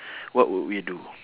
what would we do